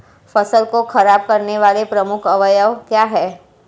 फसल को खराब करने वाले प्रमुख अवयव क्या है?